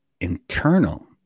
internal